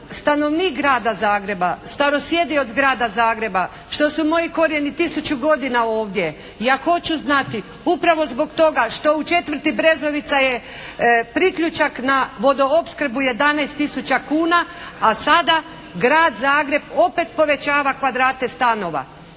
stanovnik grada Zagreba, starosjedioc grada Zagreba, što su moji korijeni tisuću godina ovdje. Ja hoću znati upravo zbog toga što u četvrti Brezovica je priključak na vodoopskrbu 11 tisuća kuna, a sada Grad Zagreb opet povećava kvadrate stanova.